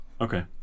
Okay